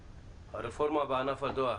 הרפורמה בענף הדואר.